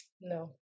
no